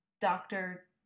doctor